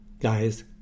guys